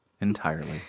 entirely